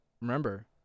remember